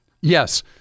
Yes